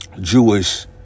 Jewish